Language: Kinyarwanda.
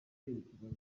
yerekezaga